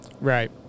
right